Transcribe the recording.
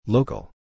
Local